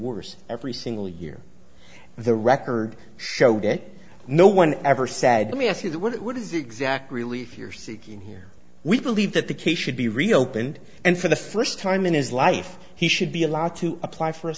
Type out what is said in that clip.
worse every single year the record showed it no one ever said let me ask you that what does exact relief you're seeking here we believe that the case should be reopened and for the first time in his life he should be allowed to apply for a